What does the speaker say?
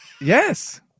Yes